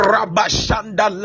Rabashanda